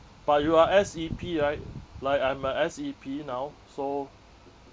but you are S_E_P right like I'm a S_E_P now so